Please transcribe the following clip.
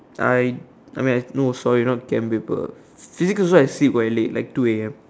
I I mean I no sorry not Chem paper physics also I sleep quite late like two A_M